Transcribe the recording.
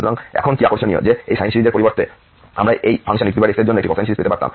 সুতরাং এখন কি আকর্ষণীয় যে এই সাইন সিরিজের পরিবর্তে আমরা একই ফাংশন ex এর জন্য একটি কোসাইন সিরিজ পেতে পারতাম